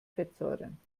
fettsäuren